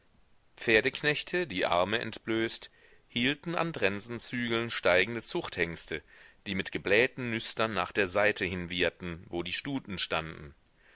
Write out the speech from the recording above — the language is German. pferdeknechte die arme entblößt hielten an trensenzügeln steigende zuchthengste die mit geblähten nüstern nach der seite hin wieherten wo die stuten standen